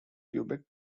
quebec